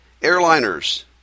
Airliners